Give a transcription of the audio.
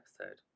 episode